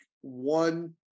one